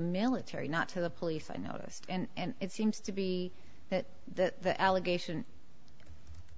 military not to the police i noticed and it seems to be that the allegation